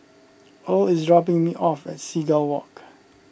Earl is dropping me off at Seagull Walk